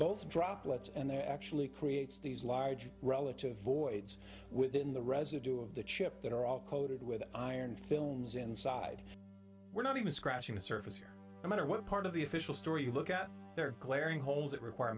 both droplets and there actually creates these large relative voids within the residue of the chip that are all coated with iron films inside we're not even scratching the surface here matter what part of the official story you look at there glaring holes that require